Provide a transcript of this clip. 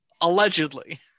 allegedly